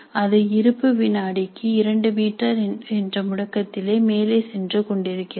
அது இருப்பு வினாடிக்கு 2 மீட்டர் என்ற முடுக்கத்தில் மேலே சென்று கொண்டிருக்கிறது